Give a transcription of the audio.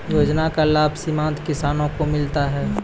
योजना का लाभ सीमांत किसानों को मिलता हैं?